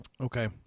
Okay